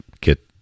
get